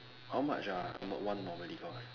how much ah no~ one normally cost